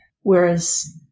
whereas